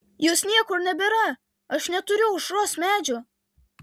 jos niekur nebėra aš neturiu aušros medžio